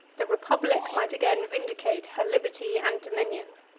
the republic might again vindicate her liberty and dominion.